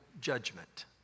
judgment